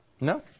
No